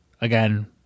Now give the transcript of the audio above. again